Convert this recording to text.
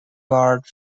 barred